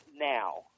now